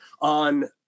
on